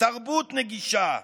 תרבות נגישה,